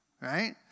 Right